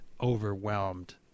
overwhelmed